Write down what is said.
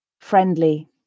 friendly